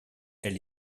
elle